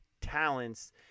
talents